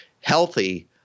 healthy